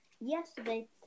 yesterday